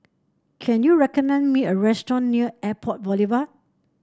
can you recommend me a restaurant near Airport Boulevard